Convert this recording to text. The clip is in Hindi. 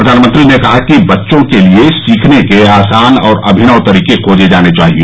प्रधानमंत्री ने कहा कि बच्चों के लिए सीखने के आसान और अभिनव तरीके खोजे जाने चाहिए